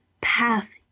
path